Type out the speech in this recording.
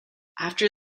after